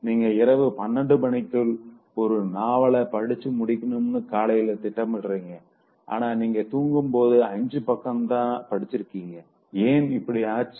நீங்க இரவு 12 மணிக்குள்ள ஒரு நாவல படிச்சு முடிக்கணும்னு காலையில திட்டமிடுறீங்க ஆனா நீங்க தூங்கும் போது 5 பக்கம்தா படிச்சிருக்கீங்க ஏன் இப்படி ஆச்சு